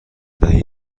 دهید